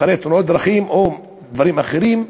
אחרי תאונות דרכים או דברים אחרים,